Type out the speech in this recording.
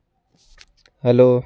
hello